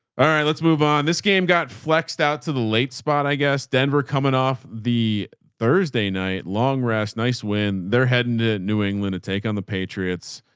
all right. let's move on. this game. got flexed out to the late spot. i guess denver coming off the thursday night long rest. nice. when they're heading to new england to take on the patriots,